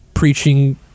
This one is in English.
preaching